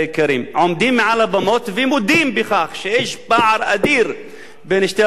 עומדים מעל הבמות ומודים בכך שיש פער בין שתי האוכלוסיות.